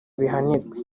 abihanirwe